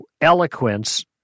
eloquence